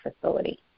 facility